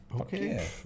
Okay